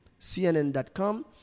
CNN.com